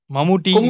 Mamuti